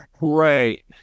Right